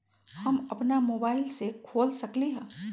हम अपना मोबाइल से खोल सकली ह?